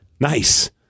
Nice